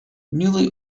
newly